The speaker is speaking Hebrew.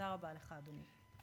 תודה רבה לך, אדוני.